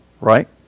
right